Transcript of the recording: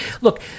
Look